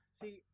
see